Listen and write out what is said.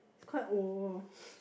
it's quite old